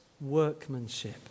workmanship